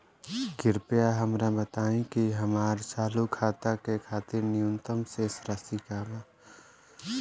कृपया हमरा बताइ कि हमार चालू खाता के खातिर न्यूनतम शेष राशि का बा